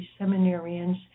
seminarians